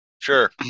Sure